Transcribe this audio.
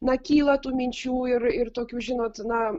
na kyla tų minčių ir ir tokių žinot na